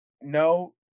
no